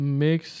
mix